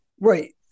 right